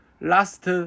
last